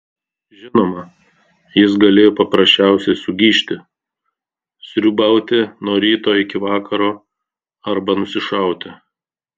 žinoma jis galėjo paprasčiausiai sugižti sriūbauti nuo ryto iki vakaro arba nusišauti